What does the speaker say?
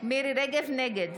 נגד